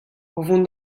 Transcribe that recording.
vont